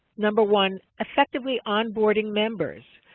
number one, effectively on-boarding members,